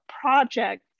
project